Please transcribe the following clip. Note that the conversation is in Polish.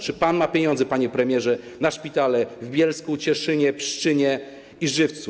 Czy pan ma pieniądze, panie premierze, na szpitale w Bielsku, Cieszynie, Pszczynie i Żywcu?